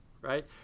Right